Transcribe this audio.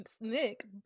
nick